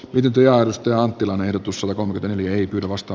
esko kivirannan ehdotus on tätä nykyä tavasta